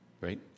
right